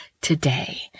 today